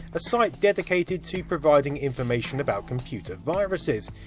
a site dedicated to providing information about computer viruses.